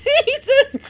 Jesus